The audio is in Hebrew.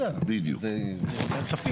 זה לא נשמע איום.